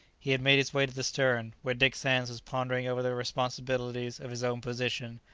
he had made his way to the stern, where dick sands was pondering over the responsibilities of his own position,